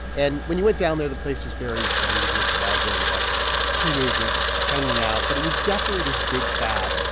and when you went down there, the place was very dungeons and dragons lots of teenagers hanging out, but it was definitely this big fad.